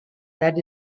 that